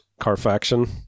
Carfaction